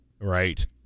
Right